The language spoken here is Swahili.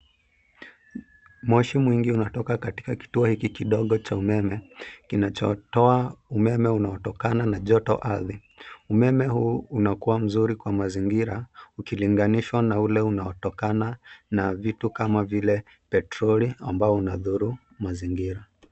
Mwoshi mwingi unatoka katika kituo hiki kidogo cha umeme, kinachotoa umeme unaotokana na joto ardhi. Umeme huu unakua mzuri kwa mazingira, ukilinganishwa na ule unaotokana na vitu kama, vile petroli ambao unaodhuru mazingira.